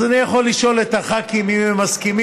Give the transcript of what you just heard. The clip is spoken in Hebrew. אז אני יכול לשאול את הח"כים אם הם מסכימים,